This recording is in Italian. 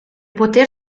poter